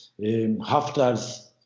Haftar's